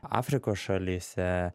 afrikos šalyse